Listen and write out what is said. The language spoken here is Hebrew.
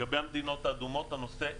לגבי המדינות האדומות, הנושא כאוב,